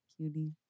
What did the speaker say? cutie